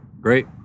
Great